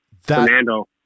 Fernando